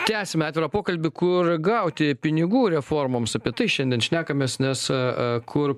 tęsime atvirą pokalbį kur gauti pinigų reformoms apie tai šiandien šnekamės nes kur